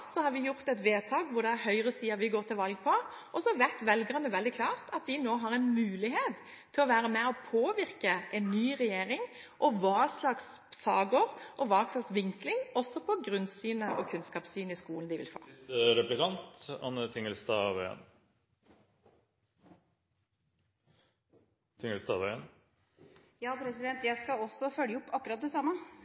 har vi gjort et vedtak om at det er høyresiden vi vil gå til valg med, og så vet velgerne veldig klart at de nå har en mulighet til å være med og påvirke en ny regjering, og hvilke saker og hvilken vinkling, også på grunnsynet på kunnskap i skolen, de vil